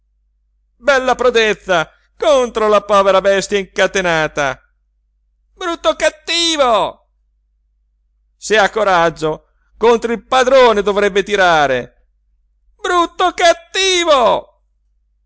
bella prodezza contro la povera bestia incatenata brutto cattivo se ha coraggio contro il padrone dovrebbe tirare brutto cattivo